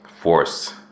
force